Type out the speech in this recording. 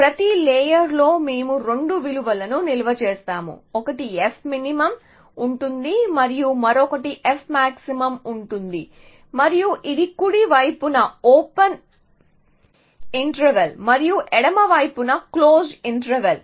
ప్రతి లేయర్ లో మేము 2 విలువలను నిల్వ చేస్తాము ఒకటి fmin ఉంటుంది మరియు మరొకటి fmax ఉంటుంది మరియు ఇది కుడి వైపున ఓపెన్ ఇంటర్వెల్ మరియు ఎడమ వైపున క్లోజ్ ఇంటర్వెల్